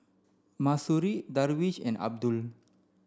Mahsuri Darwish and Abdul